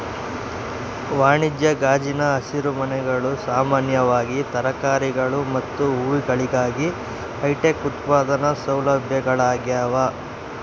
ವಾಣಿಜ್ಯ ಗಾಜಿನ ಹಸಿರುಮನೆಗಳು ಸಾಮಾನ್ಯವಾಗಿ ತರಕಾರಿಗಳು ಮತ್ತು ಹೂವುಗಳಿಗಾಗಿ ಹೈಟೆಕ್ ಉತ್ಪಾದನಾ ಸೌಲಭ್ಯಗಳಾಗ್ಯವ